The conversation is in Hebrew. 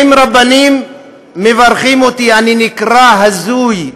אם רבנים מברכים אותי אני נקרא הזוי,